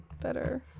better